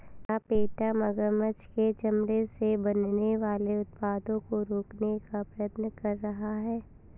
क्या पेटा मगरमच्छ के चमड़े से बनने वाले उत्पादों को रोकने का प्रयत्न कर रहा है?